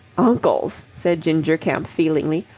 uncles, said ginger kemp, feelingly,